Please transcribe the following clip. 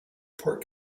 pork